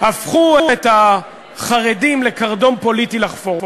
הפכו את החרדים לקרדום פוליטי לחפור בו.